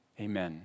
Amen